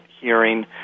hearing